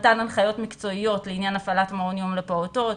מתן הנחיות מקצועיות לעניין הפעלת מעון יום לפעוטות,